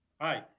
Hi